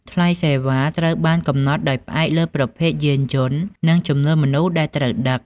ថ្លៃសេវាត្រូវបានកំណត់ដោយផ្អែកលើប្រភេទយានយន្តនិងចំនួនមនុស្សដែលត្រូវដឹក។